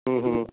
ਹੂੰ ਹੂੰ